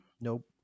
Nope